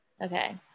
Okay